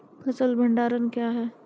फसल भंडारण क्या हैं?